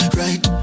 right